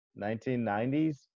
1990s